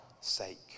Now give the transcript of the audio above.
sake